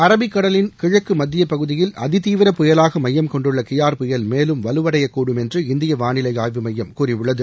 Arabic கடலின் கிழக்கு மத்திய பகுதியில் அதிதீவிர புயலாக மையம் கொண்டுள்ள கியார் புயல் மேலும் வலுவடையக்கூடும் என்று இந்திய வானிலை ஆய்வு மையம் கூறியுள்ளது